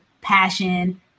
passion